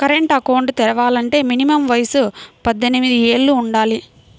current account తెరవాలంటే minimum వయసు పద్దెనిమిది యేళ్ళు వుండాలి